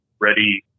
ready